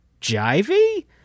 Jivey